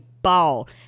ball